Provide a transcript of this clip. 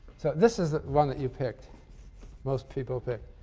this is the one that you picked most people picked.